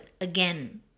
again